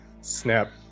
snap